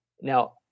Now